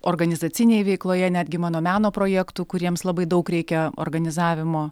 organizacinėj veikloje netgi mano meno projektų kuriems labai daug reikia organizavimo